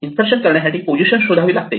insertion करण्यासाठी position शोधावी लागते